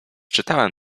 czytałem